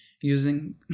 using